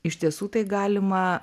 iš tiesų tai galima